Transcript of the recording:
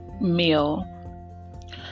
meal